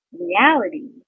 reality